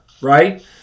right